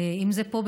אם זה פה,